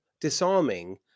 disarming